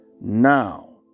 Now